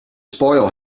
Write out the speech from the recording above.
spoil